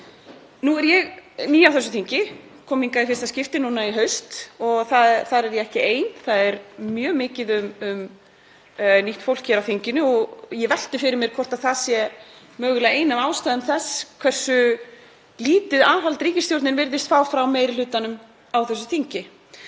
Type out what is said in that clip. Nú er ég ný á þessu þingi, kom hingað í fyrsta skipti í haust, og þar er ég ekki ein. Það er mjög mikið um nýtt fólk hér á þinginu. Ég velti fyrir mér hvort það sé mögulega ein af ástæðum þess hversu lítið aðhald ríkisstjórnin virðist fá frá meiri hlutanum á þingi.